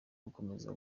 gukomeza